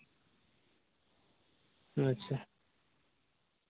ᱟᱪᱪᱷᱟ